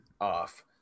off